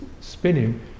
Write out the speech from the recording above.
spinning